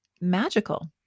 magical